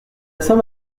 somme